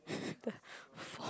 the